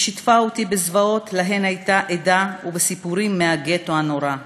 היא שיתפה אותי בזוועות שהייתה עדה להן ובסיפורים מהגטו הנורא.